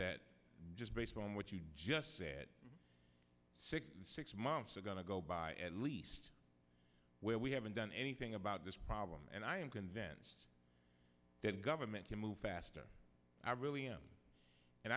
that just based on what you just said six six months are going to go by at least where we haven't done anything about this problem and i am convinced that government can move faster i really am and